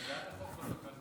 אתה בעד החוק או לא?